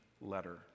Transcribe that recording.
letter